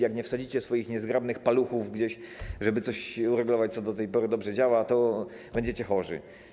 Jak nie wsadzicie swoich niezgrabnych paluchów gdzieś, żeby uregulować coś, co do tej pory dobrze działało, to będziecie chorzy.